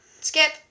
Skip